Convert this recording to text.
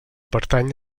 pertany